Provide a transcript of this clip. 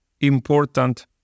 important